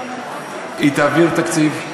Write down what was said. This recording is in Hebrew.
היא תעביר תקציב,